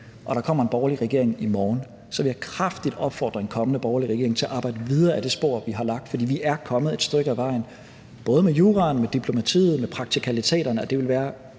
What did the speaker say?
og der kommer en borgerlig regering i morgen, så vil jeg kraftigt opfordre en kommende borgerlig regering til at arbejde videre ad det spor, vi har lagt. For vi er kommet et stykke ad vejen, både med juraen, med diplomatiet og med praktikaliteterne,